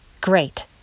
great